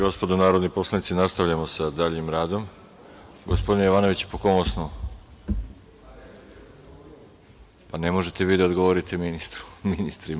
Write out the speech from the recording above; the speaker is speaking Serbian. gospodo narodni poslanici, nastavljamo sa daljim radom. (Čedomir Jovanović: Replika.) Gospodine Jovanoviću, po kom osnovu? [[Čedomir Jovanović: Pa replika, da odgovorim ministru.]] Ne možete vi da odgovorite ministrima.